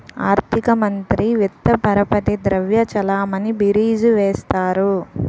ఆర్థిక మంత్రి విత్త పరపతి ద్రవ్య చలామణి బీరీజు వేస్తారు